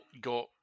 got